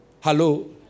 hello